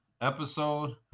episode